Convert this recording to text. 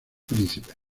príncipes